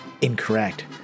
incorrect